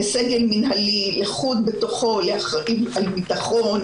הייתה הדרכה לסגל מינהלי ובתוכו הדרכה נפרדת לאחראים על ביטחון,